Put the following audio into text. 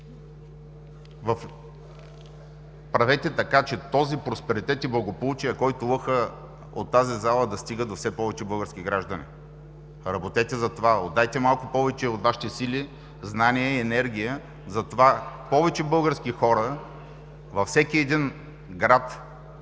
правете така, че този просперитет и благополучие, който лъха от тази зала, да стига до все повече български граждани! Работете за това, отдайте малко повече от Вашите сили, знания и енергия за това повече български хора във всеки един град